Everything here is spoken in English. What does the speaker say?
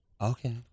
okay